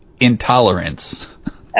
intolerance